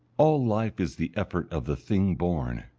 all life is the effort of the thing born,